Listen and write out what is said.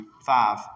five